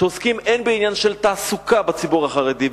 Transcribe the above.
שעוסקים גם בעניין של תעסוקה בציבור החרדי,